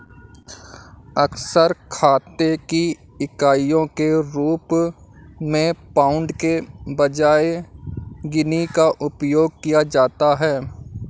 अक्सर खाते की इकाइयों के रूप में पाउंड के बजाय गिनी का उपयोग किया जाता है